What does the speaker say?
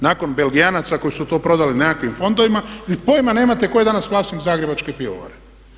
Nakon Belgijanaca koji su to prodali nekakvim fondovima vi pojma nemate tko je danas vlasnik Zagrebačke pivovare.